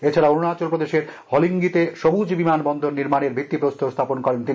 এছাড়া অরুনাচল প্রদেশের হলঙ্গিতে সবুজ বিমান বন্দর নির্মানের ভিত্তিপ্রস্তর স্থাপন করেন তিনি